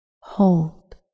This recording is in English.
Hold